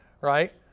right